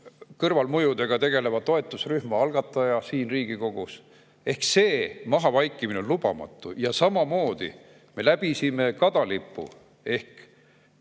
kõrvalmõjudega tegeleva toetusrühma algataja siin Riigikogus. See mahavaikimine on lubamatu. Ja samamoodi, me läbisime kadalipu ehk